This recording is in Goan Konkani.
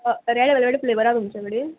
रेड वेलवेट फ्लेवर आहा तुमचे कडेन